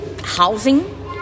housing